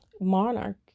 monarch